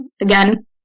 again